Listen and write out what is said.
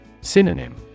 Synonym